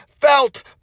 felt